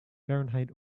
fahrenheit